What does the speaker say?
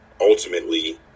ultimately